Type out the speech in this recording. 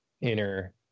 inner